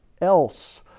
else